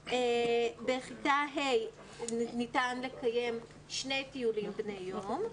בכיתה ה' ניתן לקיים שני טיולים בני יום,